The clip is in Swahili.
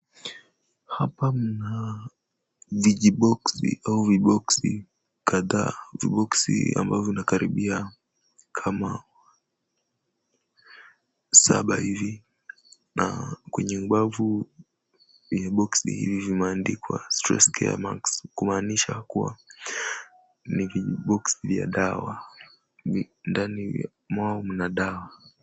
Hapa mna vijiboksi au viboksi kadhaa. Viboksi ambavyo vinakaribia kama saba hivi na kwenye ubavu ya boksi hivi vimeandikwa Stress gear max , kumaanisha kuwa ni viboksi vya dawa. Ndani mwao mna dawa.